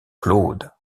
claude